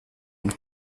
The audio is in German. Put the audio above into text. und